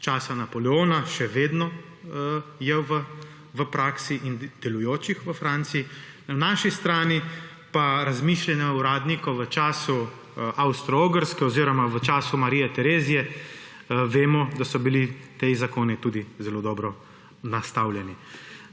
iz časa Napoleona še vedno v praksi in delujočih v Franciji. Na naši strani pa razmišljanja uradnikov v času Avstro-Ogrske oziroma v času Marije Terezije, vemo, da so bili ti zakoni tudi zelo dobro nastavljeni.